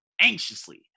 anxiously